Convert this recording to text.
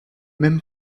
même